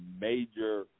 major